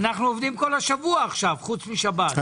אנחנו עובדים עכשיו כל השבוע, חוץ משבת.